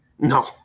No